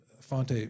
fonte